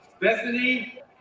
Bethany